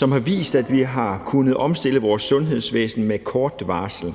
Det har vist, at vi har kunnet omstille vores sundhedsvæsen med kort varsel.